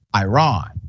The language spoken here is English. Iran